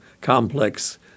complex